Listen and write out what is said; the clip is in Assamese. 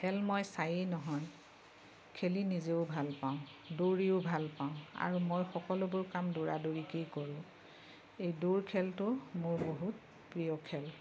খেল মই চায়েই নহয় খেলি নিজেও ভাল পাওঁ দৌৰিও ভাল পাওঁ আৰু মই সকলোবোৰ কাম দৌৰা দৌৰিকেই কৰোঁ এই দৌৰ খেলটো মোৰ বহুত প্ৰিয় খেল